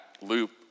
loop